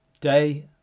day